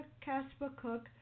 Casper-Cook